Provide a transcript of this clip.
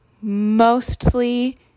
mostly